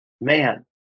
man